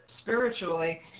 spiritually